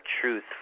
truth